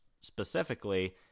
specifically